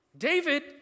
David